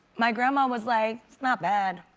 my grandma was, like, it's not bad.